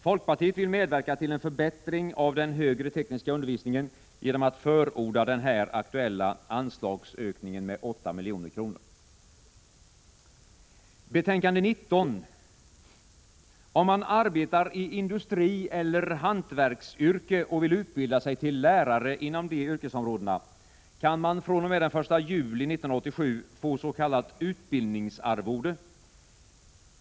Folkpartiet vill medverka till en förbättring av den högre tekniska undervisningen genom att förorda den här aktuella anslagsökningen med 8 milj.kr. Om man arbetar i industri eller i hantverksyrke och vill utbilda sig till lärare inom de yrkesområdena kan man fr.o.m. den 1 juli 1987 få s.k. utbildningsarvode.